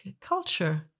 culture